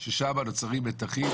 ששם נוצרים מתחים.